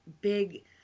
big